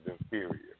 inferior